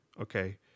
Okay